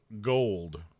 gold